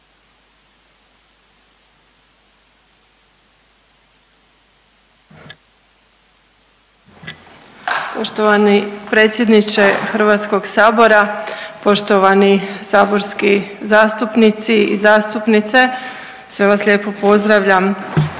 Poštovani predsjedniče HS, poštovani saborski zastupnici i zastupnice, sve vas lijepo pozdravljam.